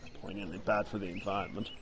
poignantly bad for the environment.